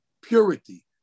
purity